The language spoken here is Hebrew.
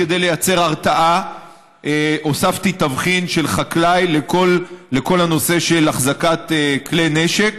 כדי לייצר הרתעה הוספתי תבחין של חקלאי לכל הנושא של החזקת כלי נשק,